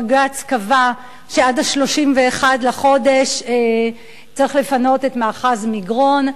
בג"ץ קבע שעד 31 בחודש צריך לפנות את מאחז מגרון.